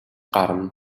гарна